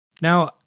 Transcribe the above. Now